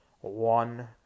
One